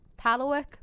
Paddlewick